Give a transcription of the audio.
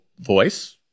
voice